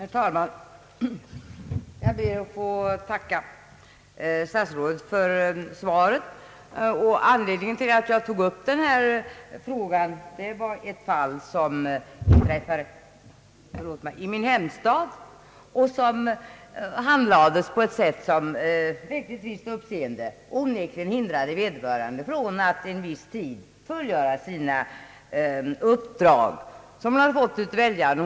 Herr talman! Jag ber att få tacka statsrådet för svaret. Anledningen till att jag tog upp denna fråga var ett fall som inträffade i min hemstad. Det handlades på ett sätt som väckte ett visst uppseende och onekligen hindrade vederbörande från att en viss tid fullgöra de uppdrag som hon fått av väljarna.